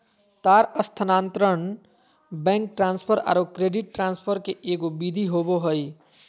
तार स्थानांतरण, bank transfer औरो क्रेडिट ट्रांसफ़र के एगो विधि होबो हइ